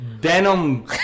denim